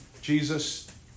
Jesus